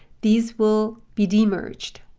these will be demerged.